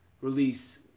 release